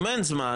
אם אין זמן,